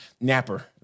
Napper